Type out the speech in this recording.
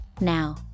Now